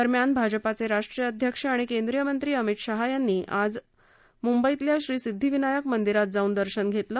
दरम्यान भाजपाचे राष्ट्रीय अध्यक्ष आणि केंद्रीय मंत्री अमित शहा यांनी आज मुंबईतल्या श्रीसिध्दीविनायक मंदिरात जाऊन दर्शन घेतलं